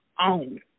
own